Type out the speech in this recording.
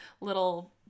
little